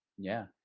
yeah.